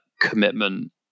commitment